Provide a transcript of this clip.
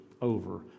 over